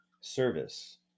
service